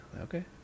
okay